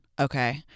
Okay